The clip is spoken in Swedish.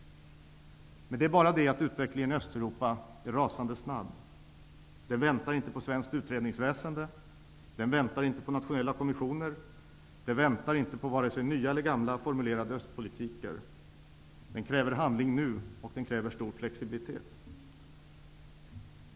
Men utvecklingen i Östeuropa är rasande snabb. Den väntar inte på svenskt utredningsväsende. Den väntar inte på nationella kommissioner. Den väntar inte på vare sig nya eller gamla formulerade östpolitiker. Den kräver handling nu och den kräver stor flexibilitet.